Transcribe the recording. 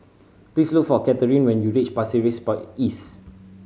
please look for Kathryne when you reach Pasir Ris By East